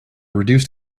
reduced